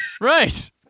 Right